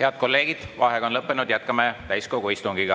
Head kolleegid! Vaheaeg on lõppenud. Jätkame täiskogu istungit.